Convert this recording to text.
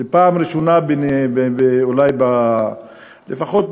זאת הפעם הראשונה,